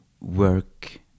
work